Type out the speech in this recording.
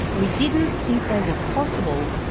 we didn't think they were possible,